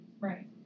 Right